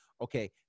okay